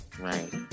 Right